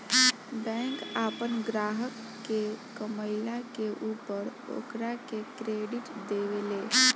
bank आपन ग्राहक के कमईला के ऊपर ओकरा के क्रेडिट देवे ले